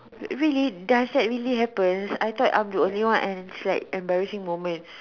really does that really happens I thought I'm the only one and it's like embarrassing moments